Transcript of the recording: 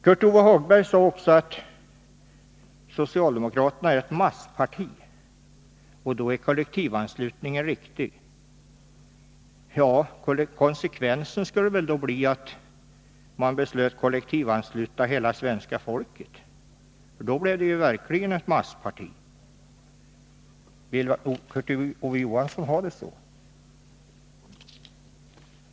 Kurt Ove Johansson sade att socialdemokraterna är ett massparti och att kollektivanslutningen därför är riktig. Konsekvensen skulle väl då bli att man beslöt att kollektivansluta hela svenska folket, ty då blev det verkligen ett massparti. Vill Kurt Ove Johansson ha det så?